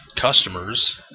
customers